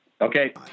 Okay